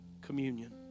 communion